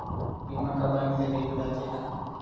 बीमा का बैंक से भी हो जाथे का?